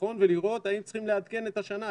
לבחון ולראות האם צריכים לעדכן את השנה.